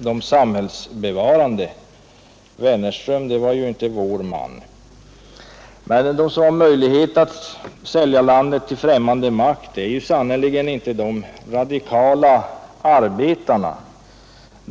som samhällsbevarande. Wennerström var ju inte vår man. De som har möjlighet att sälja landet till främmande makt är sannerligen inte de radikala arbetarna.